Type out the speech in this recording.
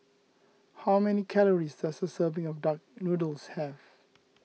how many calories does a serving of Duck Noodles have